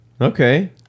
Okay